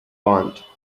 want